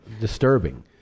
disturbing